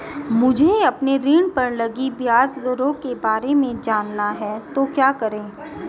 मुझे अपने ऋण पर लगी ब्याज दरों के बारे में जानना है तो क्या करें?